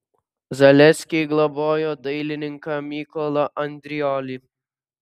zaleskiai globojo dailininką mykolą andriolį